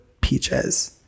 peaches